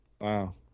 Wow